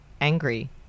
angry